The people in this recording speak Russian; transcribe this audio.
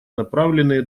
направленные